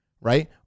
right